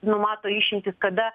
numato išimtis kada